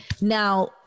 Now